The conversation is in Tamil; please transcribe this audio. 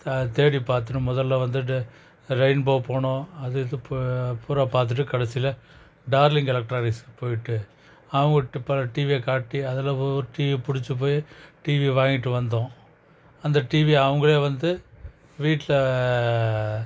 தான் தேடி பார்த்துட்டு முதல்ல வந்துட்டு ரெயின்போ போனோம் அது இது பு பூராக பார்த்துட்டு கடைசியில் டார்லிங் எலக்ட்ரானிஸ்க் போய்ட்டு அவங்கிட்டு பல டிவியை காட்டி அதில் ஒவ்வொரு டிவியை பிடிச்சி போய் டிவியை வாய்ண்ட்டு வந்தோம் அந்த டிவியை அவங்களே வந்து வீட்டில்